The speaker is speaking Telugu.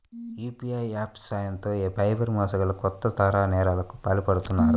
యూ.పీ.ఐ యాప్స్ సాయంతో సైబర్ మోసగాళ్లు కొత్త తరహా నేరాలకు పాల్పడుతున్నారు